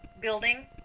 building